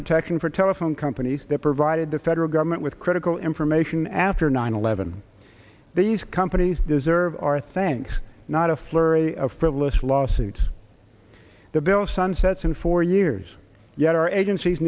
protection for telephone companies that provided the federal government with critical information after nine eleven these companies deserve our thanks not a flurry of frivolous lawsuits the bill sunsets and for years yet our agencies